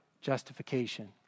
justification